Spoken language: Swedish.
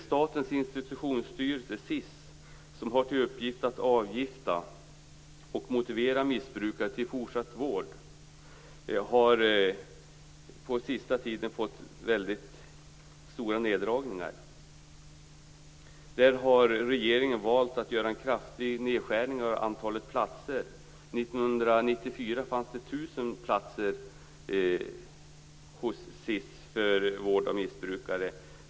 Statens institutionsstyrelse, SIS, som har till uppgift att avgifta och motivera missbrukare till fortsatt vård har på senare tid upplevt väldigt stora neddragningar. Där har regeringen valt att göra en kraftig nedskärning av antalet platser. 1994 fanns det 1 000 platser hos SIS för vård av missbrukare.